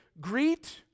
Greet